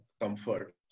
comfort